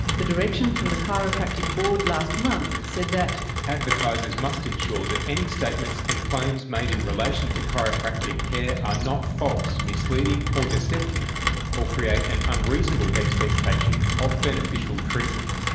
the direction from the chiropractic board last month said that reading advertisers must ensure that any statements and claims made in relation to chiropractic care are not false, misleading or deceptive or create an unreasonable expectation of beneficial treatment.